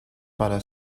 para